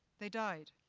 they died.